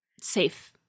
safe